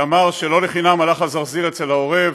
שאמר שלא לחינם הלך הזרזיר אצל העורב,